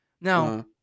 Now